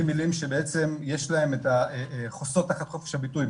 ממילים שחוסות תחת חופש הביטוי,